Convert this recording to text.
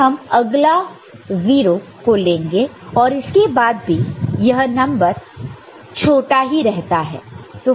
फिर हम अगला 0 को लेंगे और इसके बाद भी वह नंबर छोटा ही रहता है